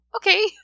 okay